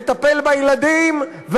לטפל בילדים,